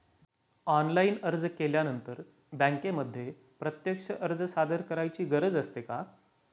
Online अर्ज केल्यानंतर बँकेमध्ये प्रत्यक्ष अर्ज सादर करायची गरज असते का?